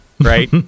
Right